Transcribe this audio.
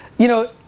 you know,